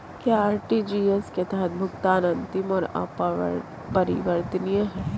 क्या आर.टी.जी.एस के तहत भुगतान अंतिम और अपरिवर्तनीय है?